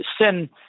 sin